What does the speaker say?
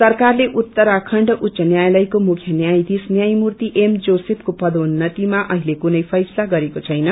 सरकारले उत्तराखण्ड उच्च न्यायानयको मुख्य न्यायाधीश न्यायमूर्ति एम जोसेफ पदोन्नतिमा अखिते कुनै फैसला गरेको छैन